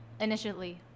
initially